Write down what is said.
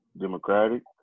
Democratic